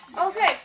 Okay